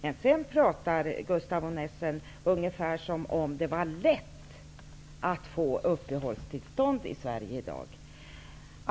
Gustaf von Essen pratar som om det vore lätt att få uppehållstillstånd i Sverige i dag.